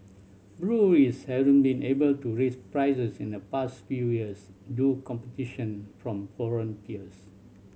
breweries hadn't been able to raise prices in the past few years due competition from foreign peers